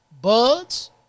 Buds